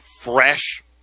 fresh